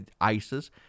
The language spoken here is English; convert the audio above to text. ISIS